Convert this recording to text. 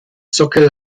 sockel